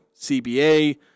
CBA